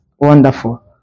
wonderful